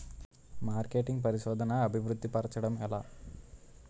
marketing పరిశోధనదా అభివృద్ధి పరచడం ఎలా